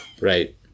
Right